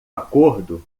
acordo